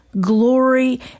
glory